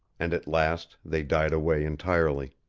and at last they died away entirely.